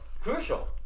Crucial